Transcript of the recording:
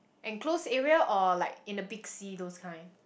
enclosed area or like in the big sea those kind